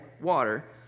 water